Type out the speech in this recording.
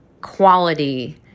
quality